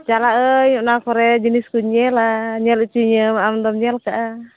ᱪᱟᱞᱟᱜ ᱟᱹᱧ ᱚᱱᱟ ᱠᱚᱨᱮ ᱡᱤᱱᱤᱥ ᱠᱩᱧ ᱧᱮᱞᱟ ᱧᱮᱞ ᱚᱪᱚᱭᱤᱧᱟᱹᱢ ᱟᱢ ᱫᱚᱢ ᱧᱮᱞ ᱟᱠᱟᱫᱼᱟ